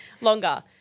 longer